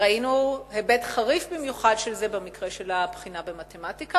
ראינו היבט חריף במיוחד של זה במקרה של הבחינה במתמטיקה,